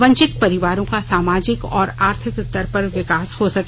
वंचित परिवारों का सामाजिक और आर्थिक स्तर पर विकास हो सके